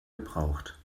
gebraucht